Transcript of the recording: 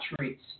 treats